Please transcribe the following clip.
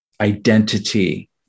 identity